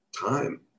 time